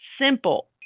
simple